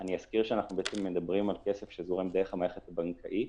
אני אזכיר שאנחנו מדברים על כסף שזורם דרך המערכת הבנקאית,